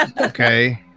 Okay